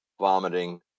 vomiting